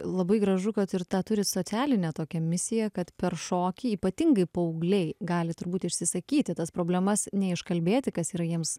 labai gražu kad ir tą turit socialinę tokią misiją kad per šokį ypatingai paaugliai gali turbūt išsisakyti tas problemas neiškalbėti kas yra jiems